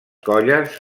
colles